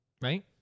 right